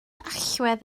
allwedd